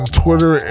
twitter